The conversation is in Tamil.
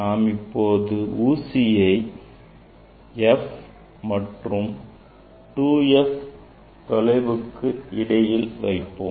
நாம் இப்பொழுது ஊசியை F மற்றும் 2F தொலைவுக்கு இடையில் வைப்போம்